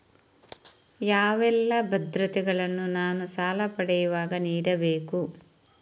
ಯಾವೆಲ್ಲ ಭದ್ರತೆಗಳನ್ನು ನಾನು ಸಾಲ ಪಡೆಯುವಾಗ ನೀಡಬೇಕು?